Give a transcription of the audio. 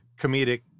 comedic